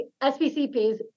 SPCPs